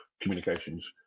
communications